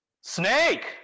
Snake